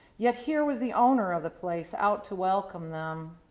yet, here was the owner of the place out to welcome them.